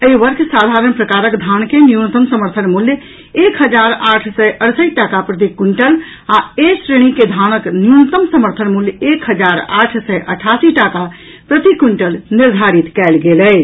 एहि वर्ष साधारण प्रकारक धान के न्यूनतम समर्थन मूल्य एक हजार आठ सय अड़सठि टाका प्रति क्विंटल आ ए श्रेणी के धानक न्यूनतम समर्थन मूल्य एक हजार आठ सय अठासी टाका प्रति क्विंटल निर्धारित कयल गेल अछि